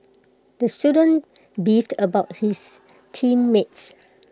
the student beefed about his team mates